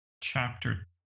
chapter